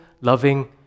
loving